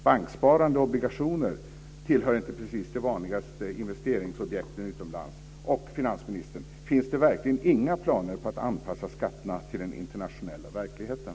Banksparande och obligationer tillhör inte precis de vanligaste investeringsobjekten utomlands. Och, finansministern, finns det verkligen inga planer på att anpassa skatterna till den internationella verkligheten?